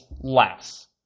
less